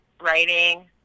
writing